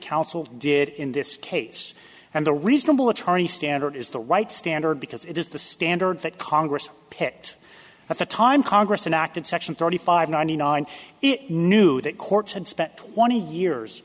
counsel did in this case and the reasonable attorney standard is the right standard because it is the standard that congress picked at the time congress and acted section thirty five ninety nine it knew that courts had spent twenty years